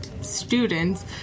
students